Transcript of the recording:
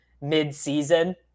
mid-season